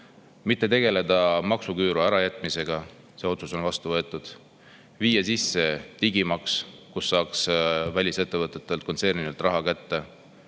mitte tegeleda maksuküüru ärajätmisega – see otsus on vastu võetud –, viia sisse digimaks, millega saaks välisettevõtetelt, kontsernidelt raha kätte,